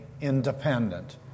independent